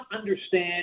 understand